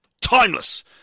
timeless